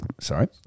Sorry